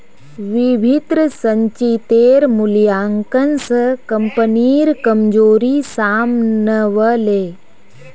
विभिन्न संचितेर मूल्यांकन स कम्पनीर कमजोरी साम न व ले